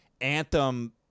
anthem